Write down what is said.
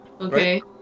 Okay